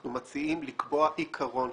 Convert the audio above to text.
אנחנו מציעים לקבוע עיקרון,